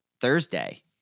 Thursday